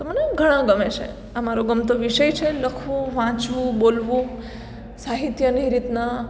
તો મને ઘણા ગમે છે આ મારો ગમતો વિષય છે લખવું વાંચવું બોલવું સાહિત્યની રીતના